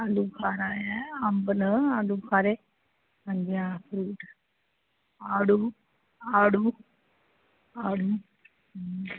आलूबखारा ऐ अम्ब न आलूबखारे हां जी हां फरूट आडू आडू आडू